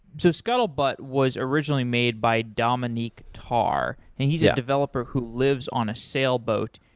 so scuttlebutt was originally made by dominic tarr, and he's a developer who lives on a sailboat.